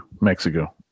mexico